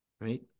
right